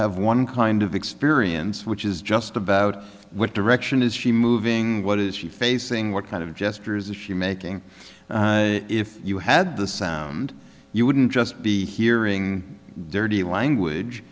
have one kind of experience which is just about what direction is she moving what is she facing what kind of gestures is she making if you had the sound you wouldn't just be hearing dirty language